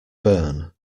burn